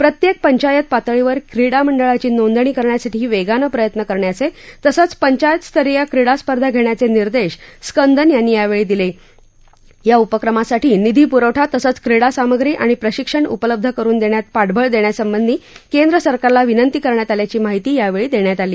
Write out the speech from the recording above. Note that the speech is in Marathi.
प्रत्यक्तीपंचायतपातळीवर क्रीडामंडळाची नोंदणी करण्यासाठी करण्यासाठी करण्याचा निसंच पंचायत स्तरीय क्रीडास्पर्धा घण्याच मिदेश स्कंदन यांनी यावळी दिला या उपक्रमासाठी निधी पुरवठा तसंच क्रीडासामग्री आणि प्रशिक्षण उपलब्ध करुन दष्ट्यात पाठबळ दष्ट्यासंबंधी केंद्र सरकारला विंनती करण्यात आल्याची माहिती यावळी दृष्यित आली